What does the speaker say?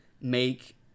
make